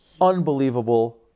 unbelievable